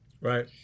right